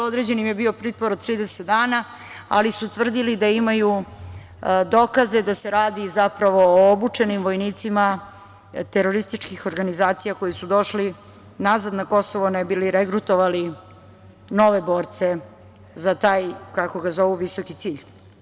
Određen im je bio pritvor od 30 dana, ali su tvrdili da imaju dokaze da se radi zapravo o obučenim vojnicima terorističkim organizacija koji su došli nazad na Kosovo ne bi li regrutovali nove borce za taj, kako ga zovu, visoki cilj.